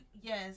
Yes